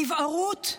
נבערות?